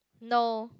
no